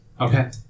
Okay